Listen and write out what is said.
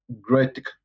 great